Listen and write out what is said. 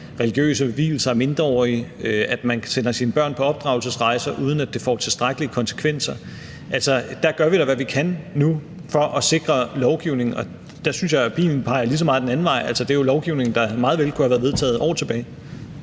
religiøse vielser af mindreårige, at man sender sine børn på genopdragelsesrejser, uden at det får tilstrækkelige konsekvenser. Altså, der gør vi da nu, hvad vi kan, for at sikre lovgivningen. Og der synes jeg, at pilen peger lige så meget den anden vej – det er jo lovgivning, der meget vel kunne være vedtaget år tilbage.